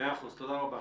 תודה רבה.